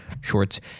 shorts